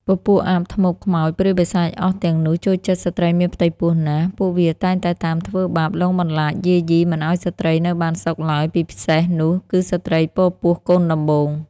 ពពូកអាប ធ្មប់ ខ្មោច ព្រាយបិសាចអស់ទាំងនោះចូលចិត្តស្ត្រីមានផ្ទៃពោះណាស់ ពួកវាតែងតាមធ្វើបាបលងបន្លាចយាយីមិនឲ្យស្ត្រីនៅបានសុខឡើយពិសេសនោះគឺស្រ្តីពពោះកូនដំបូង